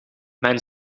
mijn